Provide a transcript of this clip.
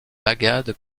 bagad